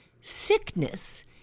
sickness